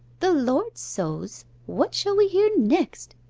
the lord so s, what shall we hear next?